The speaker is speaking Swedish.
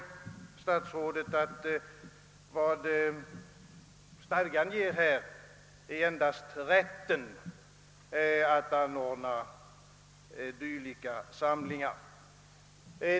Statsrådet hävdade nu, att vad skolstadgan ger endast är rätten att anordna dylika samlingar.